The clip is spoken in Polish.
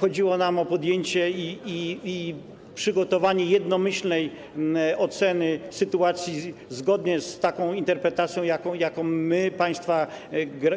Chodziło nam o podjęcie i przygotowanie jednomyślnej oceny sytuacji zgodnie z taką interpretacją, jaką my, państwa